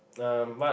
um but